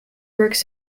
works